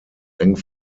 eng